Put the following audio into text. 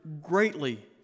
greatly